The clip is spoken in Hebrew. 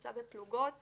נמצא בפלוגות